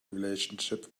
relationship